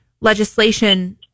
legislation